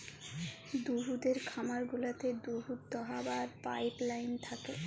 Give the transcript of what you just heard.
দুহুদের খামার গুলাতে দুহুদ দহাবার পাইপলাইল থ্যাকে